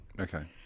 Okay